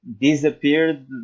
Disappeared